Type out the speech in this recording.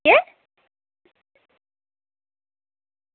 केह्